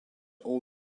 all